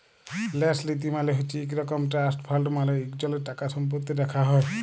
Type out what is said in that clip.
ল্যাস লীতি মালে হছে ইক রকম ট্রাস্ট ফাল্ড মালে ইকজলের টাকাসম্পত্তি রাখ্যা হ্যয়